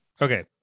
Okay